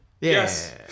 Yes